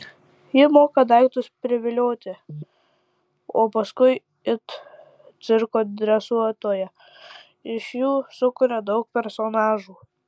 ji moka daiktus privilioti o paskui it cirko dresuotoja iš jų sukuria daug personažų